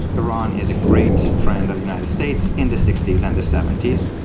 iran is a great friend of the united states in the sixty s and seventy s.